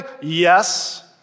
Yes